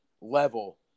level